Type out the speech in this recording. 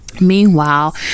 Meanwhile